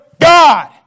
God